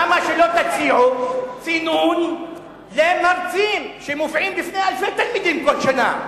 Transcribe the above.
למה שלא תציעו צינון למרצים שמופיעים בפני אלפי תלמידים בכל שנה?